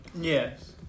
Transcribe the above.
Yes